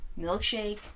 milkshake